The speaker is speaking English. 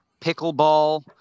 pickleball